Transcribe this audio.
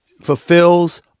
fulfills